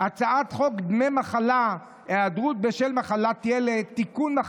הצעת חוק דמי מחלה (היעדרות בשל מחלת ילד) (תיקון,